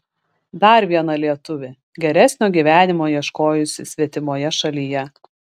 dar viena lietuvė geresnio gyvenimo ieškojusi svetimoje šalyje